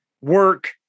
work